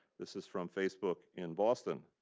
this is from facebook in boston.